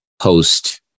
post